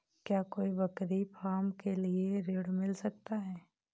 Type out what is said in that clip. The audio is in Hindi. क्या कोई बकरी फार्म के लिए ऋण मिल सकता है?